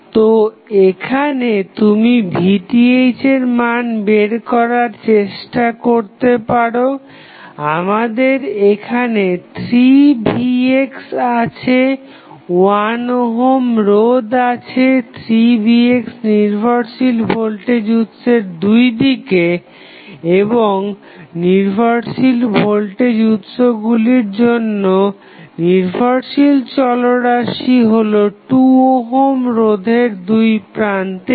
তো এখানে তুমি Vth এর মান বের করার চেষ্টা করতে পারো আমাদের এখানে 3vx আছে 1 ওহম রোধ আছে 3vx নির্ভরশীল ভোল্টেজ উৎসের দুইদিকে এবং নির্ভরশীল উৎসগুলির জন্য নির্ভরশীল চলরাশি হলো 2 ওহম রোধের দুইপ্রান্তের